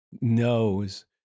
knows